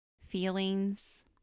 feelings